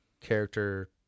character